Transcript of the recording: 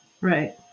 Right